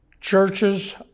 Churches